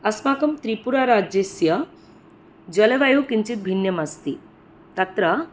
अस्माकं त्रिपुराराज्यस्य जलवायु किञ्चित् भिन्नम् अस्ति तत्र